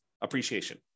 appreciation